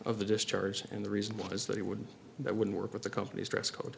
of the discharge and the reason was that he would that would work with the company's dress code